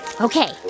Okay